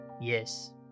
yes